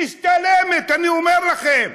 משתלמת, אני אומר לכם.